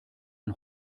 man